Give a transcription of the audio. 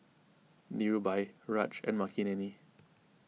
Dhirubhai Raj and Makineni